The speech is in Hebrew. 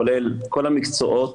כולל כל המקצועות.